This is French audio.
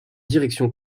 direction